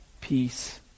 peace